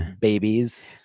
babies